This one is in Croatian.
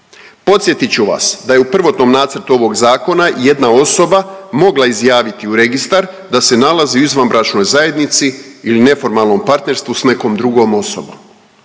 Podsjetit ću vas da je u prvotnom nacrtu ovog zakona jedna osoba mogla izjaviti u registar da se nalazi u izvanbračnoj zajednici ili neformalnom partnerstvu s nekom drugom osobom.